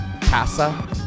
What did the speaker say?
casa